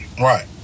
right